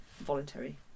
voluntary